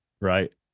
right